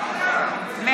(קוראת בשמות חברי הכנסת) טטיאנה מזרסקי,